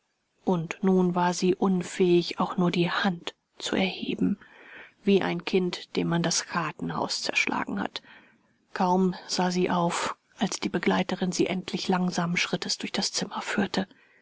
und nun war sie unfähig auch nur die hand zu erheben wie ein kind dem man das kartenhaus zerschlagen hat kaum sah sie auf als die begleiterin sie endlich langsamen schrittes durch das zimmer führte